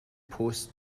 post